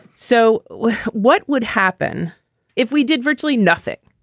so what what would happen if we did virtually nothing,